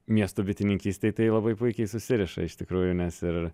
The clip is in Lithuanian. miesto bitininkystėj tai labai puikiai susiriša iš tikrųjų nes ir